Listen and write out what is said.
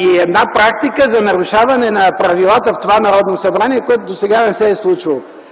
и една практика за нарушаване на правилата в това Народно събрание, което досега не се е случвало.